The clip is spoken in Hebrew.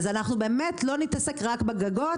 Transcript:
אז אנחנו באמת לא נתעסק רק בגגות,